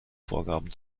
vorgaben